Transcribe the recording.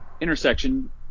intersection